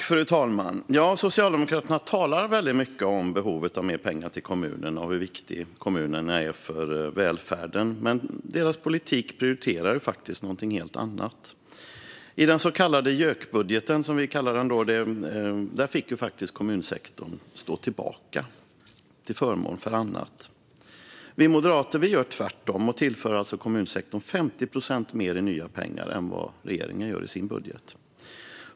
Fru talman! Socialdemokraterna talar mycket om behovet av mer pengar till kommunerna och hur viktiga kommunerna är för välfärden. Men deras politik prioriterar faktiskt något helt annat. I JÖK-budgeten, som vi kallar den, fick ju kommunsektorn stå tillbaka till förmån för annat. Vi moderater gör tvärtom och tillför kommunsektorn 50 procent mer i nya pengar än vad regeringen gör i sin budget.